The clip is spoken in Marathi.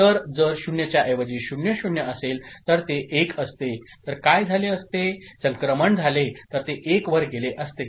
तर जर 0 च्या ऐवजी 0 0 असेल तर ते 1 असते तर काय झाले असते संक्रमण झाले तर ते 1 वर गेले असते